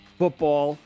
football